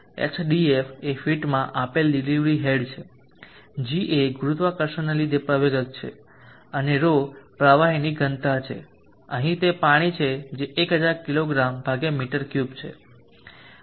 hdf એ feet માં આપેલ ડિલિવરી હેડ છે g એ ગુરુત્વાકર્ષણને લીધે પ્રવેગક છે અને 𝜌 પ્રવાહીની ઘનતા છે અહીં તે પાણી છે જે 1000 કિગ્રા મી3 છે